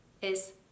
es